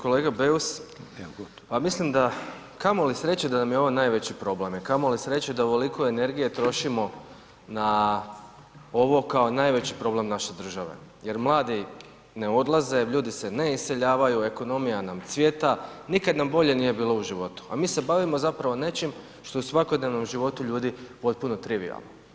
Kolega Beus pa mislim da, kamoli sreće da nam je ovo najveći problem, kamoli sreće da ovoliko energije trošimo na ovo kao najveći problem naše države, jer mladi ne odlaze, ljudi se ne iseljavaju, ekonomija nam cvjeta, nikad nam bolje nije bilo u životu, a mi se bavimo zapravo nečim što je u svakodnevnom životu ljudi potpuno trivijalno.